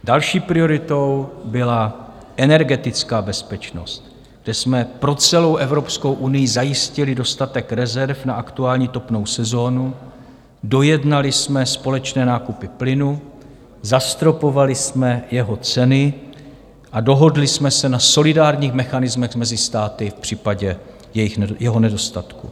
Další prioritou byla energetická bezpečnost, kde jsme pro celou Evropskou unii zajistili dostatek rezerv na aktuální topnou sezónu, dojednali jsme společné nákupy plynu, zastropovali jsme jeho ceny a dohodli jsme se na solidárních mechanismech mezi státy v případě jeho nedostatku.